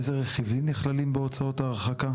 איזה רכיבים נכללים בהוצאות ההרחקה?